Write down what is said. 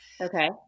Okay